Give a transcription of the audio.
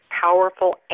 powerful